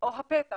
או הפתח